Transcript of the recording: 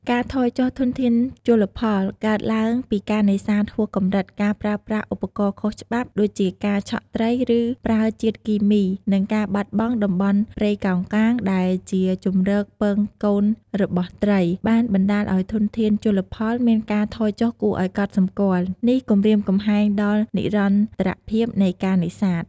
ការថយចុះធនធានជលផល កើតឡើងពីការនេសាទហួសកម្រិត ការប្រើប្រាស់ ឧបករណ៍ខុសច្បាប់ ដូចជាការឆក់ត្រី ឬប្រើជាតិគីមី និងការបាត់បង់ តំបន់ព្រៃកោងកាង ដែលជាជម្រកពងកូនរបស់ត្រី បានបណ្តាលឱ្យធនធានជលផលមានការថយចុះគួរឱ្យកត់សម្គាល់ នេះគំរាមកំហែងដល់និរន្តរភាពនៃការនេសាទ។